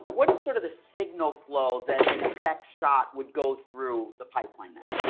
what is sort of the signal flow that an effects shop would go through the pipeline now?